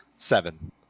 Seven